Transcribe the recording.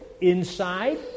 inside